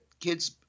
kids